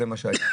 זה מה שהיה.